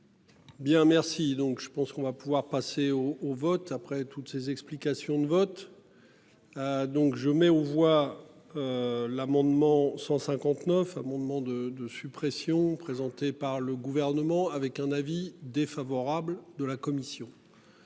Bien merci. Donc je pense qu'on va pouvoir passer au au vote après toutes ces explications de vote. Donc je mets aux voix. L'amendement 159 amendement de suppression présentés par le gouvernement, avec un avis défavorable de la commission.